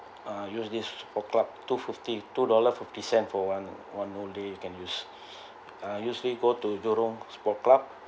uh use this sport club two fifty two dollar fifty cent for one one only you can use I usually go to Jurong sport club